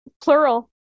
Plural